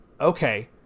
Okay